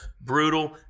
brutal